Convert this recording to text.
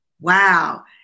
Wow